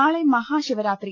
നാളെ മഹാശിവരാത്രി